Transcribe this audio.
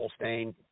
stain